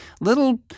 Little